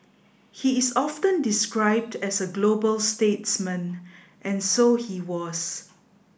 he is often described as a global statesman and so he was